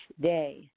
day